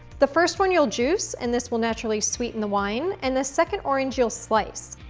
the first one you'll juice, and this will naturally sweeten the wine, and the second orange, you'll slice.